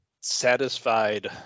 satisfied